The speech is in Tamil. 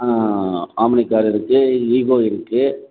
ஆம்னி கார் இருக்குது ஈபோ இருக்குது